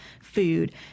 food